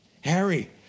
Harry